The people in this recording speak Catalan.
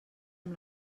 amb